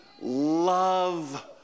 love